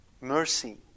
Mercy